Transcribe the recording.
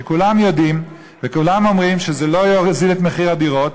וכולם יודעים ואומרים שזה לא יוזיל את מחירי הדירות,